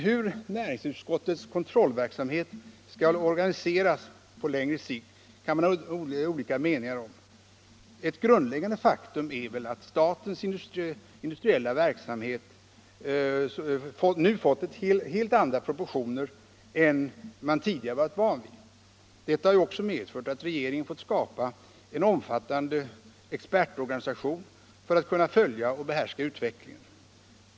Hur näringsutskottets kontrollverksamhet skall organiseras kan man ha olika meningar om. Ett grundläggande faktum är att statens industriella verksamhet nu har fått helt andra proportioner än man tidigare varit van vid. Detta har också medfört att regeringen fått skapa en omfattande expertorganisation för att kunna följa och behärska utvecklingen.